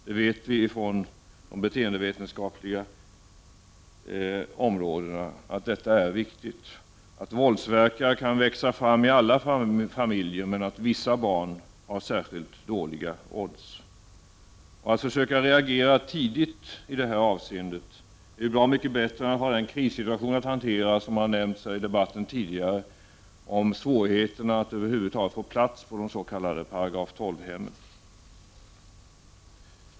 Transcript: Vi vet från de beteendevetenskapliga områdena att detta är viktigt, att våldsverkare kan växa fram i alla familjer men att vissa barn har särskilt dåliga odds. Att försöka reagera tidigt i det här avseendet är bra mycket bättre än att ha den krissituation att hantera som har nämnts tidigare i debatten om svårigheterna att över huvud taget få plats på de s.k. § 12-hemmen.